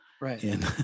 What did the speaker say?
Right